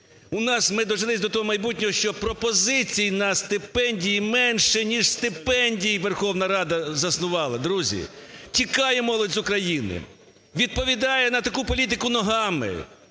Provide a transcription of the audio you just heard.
У нас ми дожились до того майбутнього, що пропозицій на стипендії менше, ніж стипендій Верховна Рада заснувала. Друзі, тікає молодь з України, відповідає на таку політику ногами!